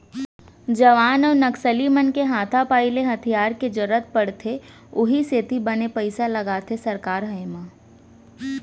जवान अउ नक्सली मन के हाथापाई ले हथियार के जरुरत पड़थे उहीं सेती बने पइसा लगाथे सरकार ह एमा